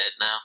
now